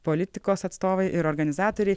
politikos atstovai ir organizatoriai